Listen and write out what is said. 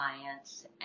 clients